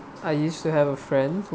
I used to have a friend who